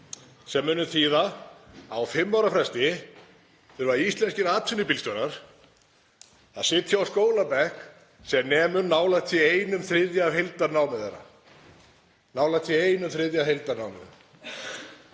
sem mun þýða að á fimm ára fresti þurfa íslenskir atvinnubílstjórar að sitja á skólabekk sem nemur nálægt því einum þriðja af heildarnámi þeirra; nálægt einum þriðja af heildarnáminu.